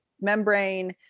membrane